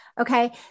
Okay